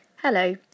Hello